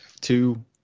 two